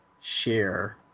share